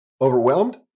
overwhelmed